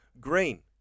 Green